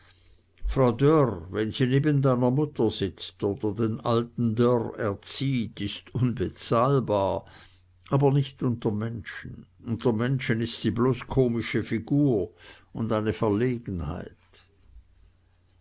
frau dörr wenn sie neben deiner mutter sitzt oder den alten dörr erzieht ist unbezahlbar aber nicht unter menschen unter menschen ist sie bloß komische figur und eine verlegenheit